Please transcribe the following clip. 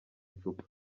icupa